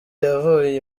yavuye